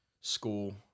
school